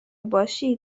باشید